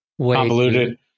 convoluted